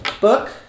Book